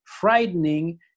frightening